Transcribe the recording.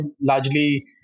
largely